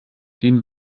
den